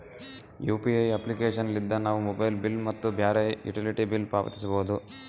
UPI application ಲಿದ್ದ ನಾವು mobile bill ಮತ್ತು ಬ್ಯಾರೆ ಯುಟಿಲಿಟಿ ಬಿಲ್ ಪಾವತಿಸಬೋದು